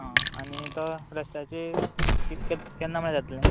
आं आनी तो रस्त्याचे कित केन्ना मेरेन जातलें